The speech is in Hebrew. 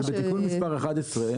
אבל בתיקון מס' 11,